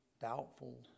doubtful